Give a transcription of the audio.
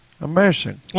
Amazing